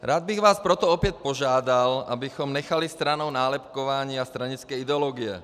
Rád bych vás proto opět požádal, abychom nechali stranou nálepkování a stranické ideologie.